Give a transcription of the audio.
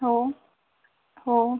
हो हो